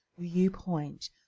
viewpoint